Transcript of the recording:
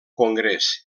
congrés